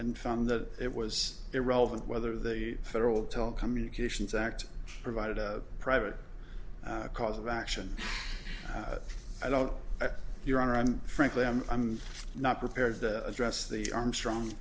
and found that it was irrelevant whether the federal telecommunications act provided a private cause of action i don't know your honor and frankly i'm i'm not prepared to address the armstrong